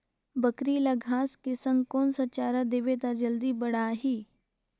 बकरी ल घांस के संग कौन चारा देबो त जल्दी बढाही?